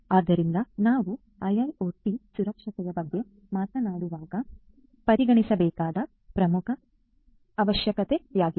ಆದ್ದರಿಂದ ನಾವು IIoT ಸುರಕ್ಷತೆಯ ಬಗ್ಗೆ ಮಾತನಾಡುವಾಗ ಪರಿಗಣಿಸಬೇಕಾದ ಪ್ರಮುಖ ಅವಶ್ಯಕತೆಯಾಗಿದೆ